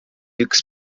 üks